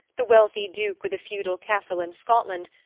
the wealthy duke with a feudal castle in scotland,